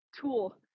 tool